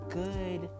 good